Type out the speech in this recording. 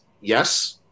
yes